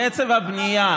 קצב הבנייה,